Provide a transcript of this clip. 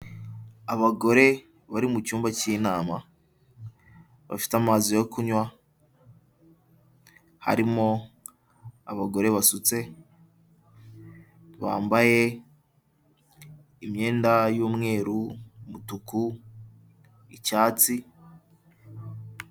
Abagore bari mu cyumba cy'inama bafite amazi yo kunywa harimo abagore basutse bambaye imyenda y'umweru, umutuku, icyatsi.